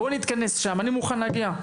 גם אני מוכן להגיע,